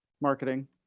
marketing